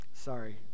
Sorry